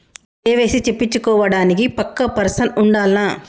KYC చేపిచ్చుకోవడానికి పక్కా person ఉండాల్నా?